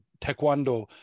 taekwondo